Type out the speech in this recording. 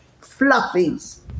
fluffies